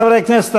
חברי הכנסת,